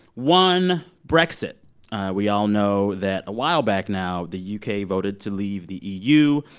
one, brexit we all know that a while back now, the u k. voted to leave the eu.